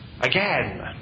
Again